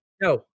no